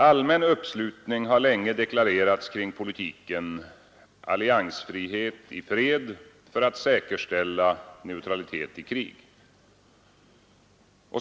Allmän uppslutning har länge deklarerats kring politiken ”alliansfrihet i fred för att säkerställa neutralitet i krig”.